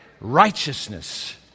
Righteousness